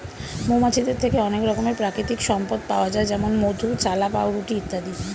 মৌমাছিদের থেকে অনেক রকমের প্রাকৃতিক সম্পদ পাওয়া যায় যেমন মধু, চাল্লাহ্ পাউরুটি ইত্যাদি